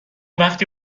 وقتی